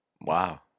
Wow